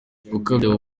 gukabya